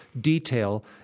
detail